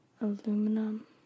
aluminum